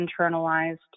internalized